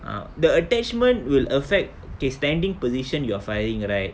uh the attachment will affect okay standing position you are firing right